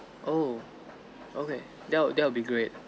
oh okay that that will be great